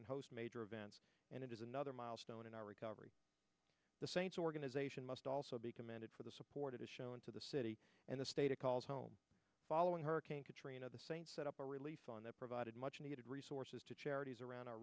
can host major events and it is another milestone in our recovery the saints organization must also be commended for the support it has shown to the city and the state it calls home following hurricane katrina the saints set up a release on the provided much needed resources to charities around